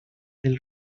del